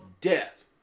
death